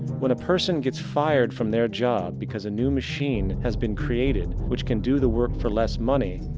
when a person get's fired from their job, because a new machine has been created, which can do the work for less money,